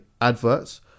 adverts